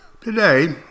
Today